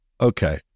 okay